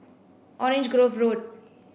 Orange Grove Road